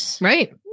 Right